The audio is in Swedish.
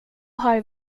har